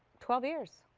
twelve years.